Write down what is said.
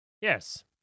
Yes